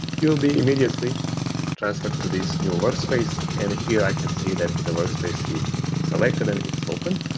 you'll be immediately transferred to this new workspace and here i can see that the workspace is selected and it's open.